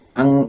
ang